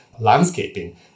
landscaping